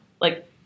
Like-